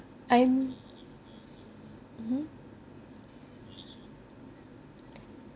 I'm mmhmm